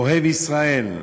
אוהב ישראל,